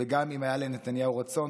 וגם אם היה לנתניהו רצון,